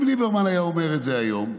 אם ליברמן היה אומר את זה היום,